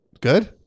good